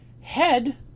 head